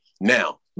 Now